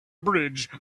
bridge